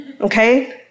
Okay